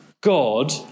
God